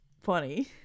funny